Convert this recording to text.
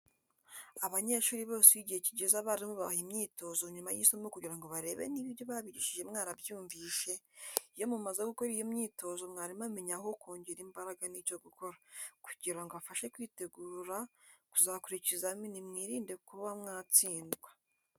Abanyeshuri bose iyo igihe kigeze abarimu babaha imyitozo nyuma y'isomo kugira ngo barebe niba ibyo babigishije mwarabyumvishe, iyo mumaze gukora iyo myitozo mwarimu amenya aho kongera imbaraga n'icyo gukora kugira ngo abafashe kwitegura kuzakora ikizamini mwirinde kuba mwatsindwa.